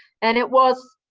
and it was,